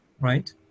right